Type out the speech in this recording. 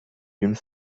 d’une